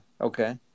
Okay